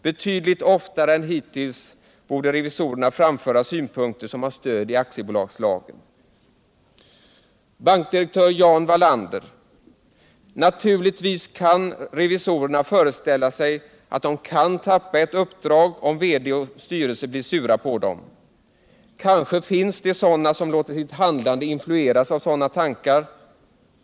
Betydligt oftare än hittills borde revisorerna framföra synpunkter som har stöd i aktiebolagslagen.” Bankdirektör Jan Wallander: ”Naturligtvis kan de föreställa sig att de kan tappa ett uppdrag om vd och styrelse blir sura på dem. Kanske finns det sådana som låter sitt handlande influeras av dylika tankar.